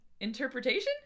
interpretation